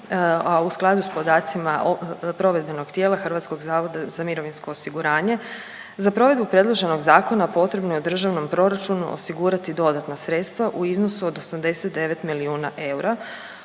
u skladu s podacima provedbenog tijela HZMO-a. Za provedbu predloženog zakona potrebno je u Državnom proračunu osigurati dodatna sredstva u iznosu od 89 milijuna eura